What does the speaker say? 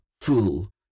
fool